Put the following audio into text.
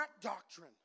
doctrine